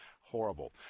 horrible